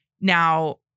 Now